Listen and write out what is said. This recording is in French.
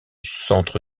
centre